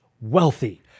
wealthy